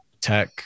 tech